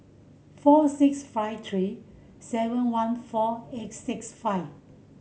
four six five three seven one four eight six five